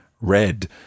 red